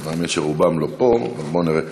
האמת, רובם לא פה, אבל בואו נראה: